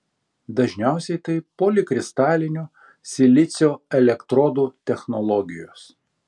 dažniausiai tai polikristalinio silicio elektrodų technologijos